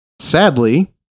sadly